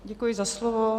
Děkuji za slovo.